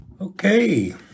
Okay